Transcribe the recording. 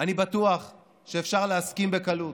אני בטוח שאפשר להסכים בקלות